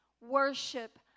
worship